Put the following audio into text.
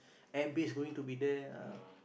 air base going to be there ah